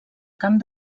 camp